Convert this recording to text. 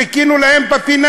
חיכינו להם בפינה